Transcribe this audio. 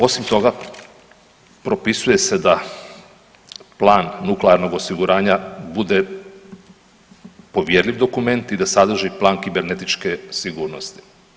Osim toga propisuje se da plan nuklearnog osiguranja bude povjerljiv dokument i da sadrži plan kibernetičke sigurnosti.